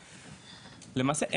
למעשה,